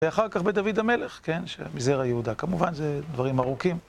ואחר כך בדוד המלך, כן, שמזרע יהודה, כמובן זה דברים ארוכים.